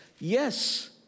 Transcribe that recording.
yes